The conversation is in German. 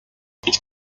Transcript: das